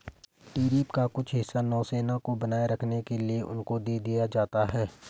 tariff का कुछ हिस्सा नौसेना को बनाए रखने के लिए उनको दे दिया जाता है